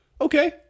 okay